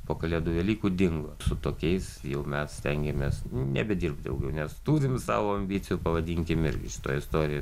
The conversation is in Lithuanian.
po kalėdų velykų dingo su tokiais jau mes stengiamės nebedirbt daugiau nes turim savo ambicijų pavadinkim irgi su ta istorija